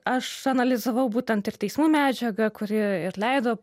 aš analizavau būtent ir teismų medžiagą kuri ir leido